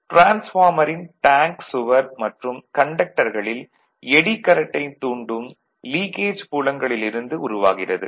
டிரான்ஸ்பார்மரின் டேங்க் சுவர் மற்றும் கண்டக்டர்களில் எடி கரண்ட்டை தூண்டும் லீக்கேஜ் புலங்களிலிருந்து உருவாகிறது